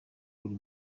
buri